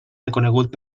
reconegut